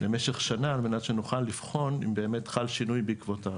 למשך שנה על מנת שנוכל לבחון אם באמת חל שינוי בעקבות המתווה.